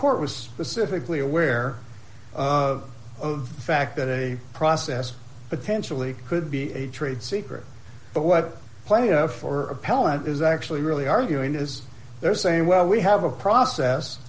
court was specifically aware of the fact that a process potentially could be a trade secret but what play out for appellant is actually really arguing is they're saying well we have a process